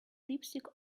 lipstick